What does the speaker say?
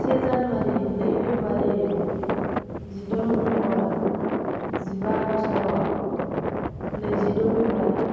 से जानुवारि नै फेब्रुवारि जिद' नबेम्बर जिबा आगष्ट नैजिद' फेब्रुवारि